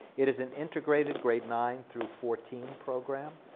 it is an integrated grade nine through fourteen program.